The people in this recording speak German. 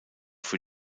für